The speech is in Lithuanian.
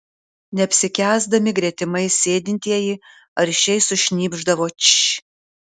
neapsikęsdami gretimais sėdintieji aršiai sušnypšdavo tš